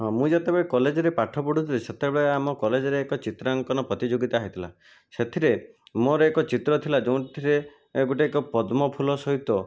ହଁ ମୁଁ ଯେତେବେଳେ କଲେଜରେ ପାଠ ପଢ଼ୁଥିଲି ସେତେବେଳେ ଆମ କଲେଜରେ ଏକ ଚିତ୍ରାଙ୍କନ ପ୍ରତିଯୋଗିତା ହୋଇଥିଲା ସେଥିରେ ମୋର ଏକ ଚିତ୍ର ଥିଲା ଯେଉଁଥିରେ ଗୋଟେ ଏକ ପଦ୍ମ ଫୁଲ ସହିତ